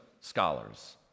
scholars